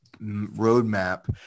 roadmap